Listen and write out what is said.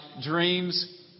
dreams